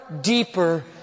deeper